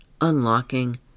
Unlocking